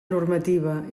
normativa